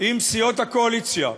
עם סיעות הקואליציה,